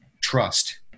trust